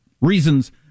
reasons